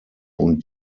und